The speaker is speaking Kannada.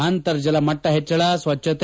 ಅಂತರ್ಜಲ ಮಟ್ಟ ಹೆಚ್ಚಳ ಸ್ವಚ್ಧತೆ